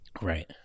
right